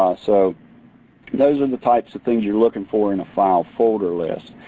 so those are the types of things you're looking for in a file folder list.